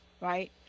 right